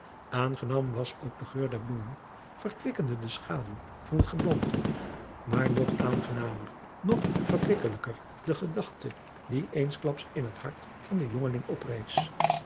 aangenaam was ook de geur der bloemen verkwikkende de schaduw van het geboomte maar nog aangenamer nog verkwikkelijker de gedachte die eensklaps in het hart van den jongeling opadriaan